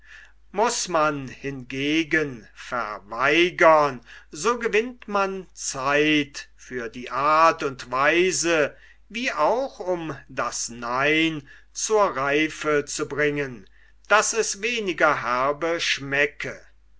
muß man hingegen verweigern so gewinnt man zeit für die art und weise wie auch um das nein zur reife zu bringen daß es weniger herbe schmecke